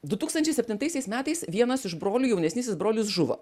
du tūkstančiai septintaisiais metais vienas iš brolių jaunesnysis brolis žuvo